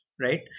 right